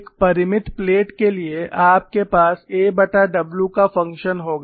एक परिमित प्लेट के लिए आपके पास aw का फंक्शन होगा